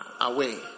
away